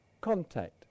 contact